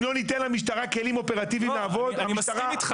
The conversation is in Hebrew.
אם לא ניתן למשטרה כלים אופרטיביים לעבוד -- אני מסכים איתך.